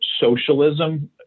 socialism